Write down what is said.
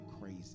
crazy